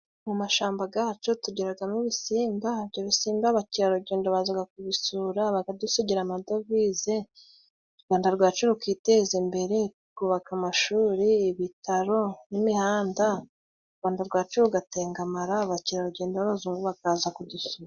Mu mashamba gacu tugiragamo ibisimba, ibyo bisimba abakerarugendo bazaga kubisura, bakadusugira amadovize, u Rwanda rwacu rukiteza imbere rwubaka amashuri ibitaro n'imihanda, u Rwanda rwacu rugatengamara abakerarugendo b'abazungu bakaza kudusura.